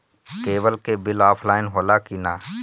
Cable के bill offline होला कि ना?